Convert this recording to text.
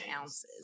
ounces